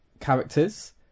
characters